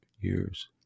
years